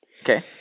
Okay